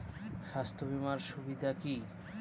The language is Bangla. স্বাস্থ্য বিমার সুবিধা আছে?